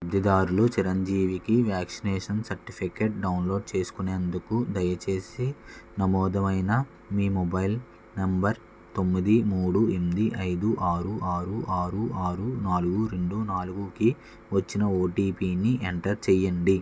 లబ్ధిదారు చిరంజీవికి vaccination certificate download చేసుకునేందుకు దయచేసి నమోదు అయిన మీ మొబైల్ నంబర్ తొమ్మిది మూడు ఎనిమిది ఐదు ఆరు ఆరు ఆరు ఆరు నాలుగు రెండు నాలుగు కి వచ్చిన ఓటిపిని ఎంటర్ చేయండి